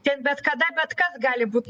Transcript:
ten bet kada bet kas gali būt